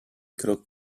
krok